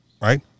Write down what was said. right